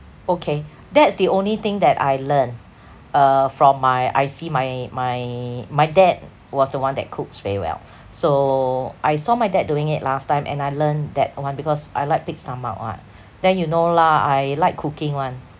okay that's the only thing that I learned uh from my I see my my my dad was the one that cooks very well so I saw my dad doing it last time and I learned that one because I like pig's stomach [what] then you know lah I like cooking [one]